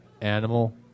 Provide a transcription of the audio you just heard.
animal